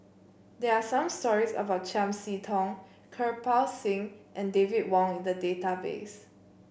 there are some stories about Chiam See Tong Kirpal Singh and David Wong in the database